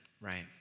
right